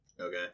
Okay